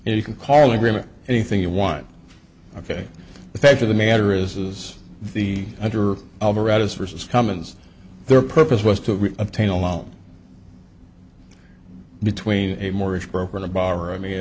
you can call agreement anything you want ok the fact of the matter is is the under versus commons their purpose was to obtain a loan between a mortgage broker or the bar i mean